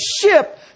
ship